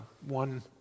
One